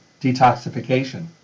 detoxification